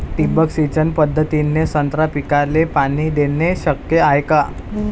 ठिबक सिंचन पद्धतीने संत्रा पिकाले पाणी देणे शक्य हाये का?